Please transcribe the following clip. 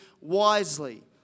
wisely